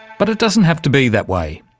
but it doesn't have to be that way,